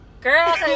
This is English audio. girl